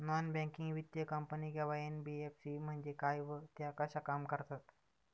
Non banking वित्तीय company किंवा NBFC म्हणजे काय व त्या कशा काम करतात?